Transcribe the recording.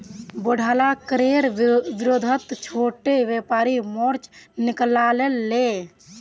बोढ़ला करेर विरोधत छोटो व्यापारी मोर्चा निकला ले